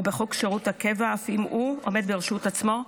בחוק שירות הקבע אף אם הוא עומד ברשות עצמו,